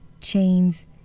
chains